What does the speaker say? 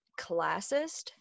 classist